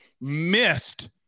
missed